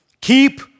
Keep